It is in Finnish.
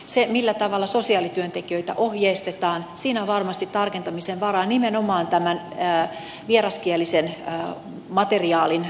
siinä millä tavalla sosiaalityöntekijöitä ohjeistetaan on varmasti tarkentamisen varaa nimenomaan tämän vieraskielisen materiaalin antamisen suhteen